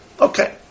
Okay